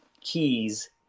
keys